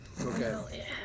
Okay